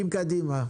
קדימה.